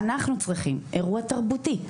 אנחנו צריכים אירוע תרבותי.